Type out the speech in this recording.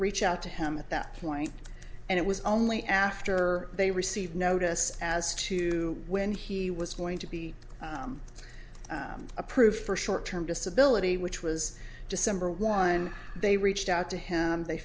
reach out to him at that point and it was only after they received notice as to when he was going to be approved for short term disability which was december one they reached out to him they